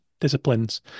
disciplines